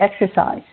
exercise